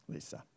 Lisa